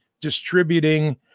distributing